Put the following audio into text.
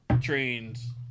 trains